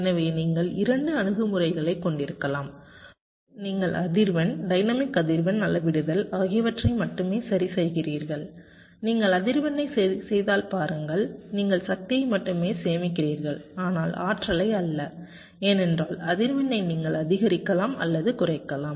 எனவே நீங்கள் இரண்டு அணுகுமுறைகளைக் கொண்டிருக்கலாம் ஒன்று நீங்கள் அதிர்வெண் டைனமிக் அதிர்வெண் அளவிடுதல் ஆகியவற்றை மட்டுமே சரிசெய்கிறீர்கள் நீங்கள் அதிர்வெண்ணை சரிசெய்தால் பாருங்கள் நீங்கள் சக்தியை மட்டுமே சேமிக்கிறீர்கள் ஆனால் ஆற்றலை அல்ல ஏனென்றால் அதிர்வெண்ணை நீங்கள் அதிகரிக்கலாம் அல்லது குறைக்கலாம்